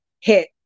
hit